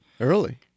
Early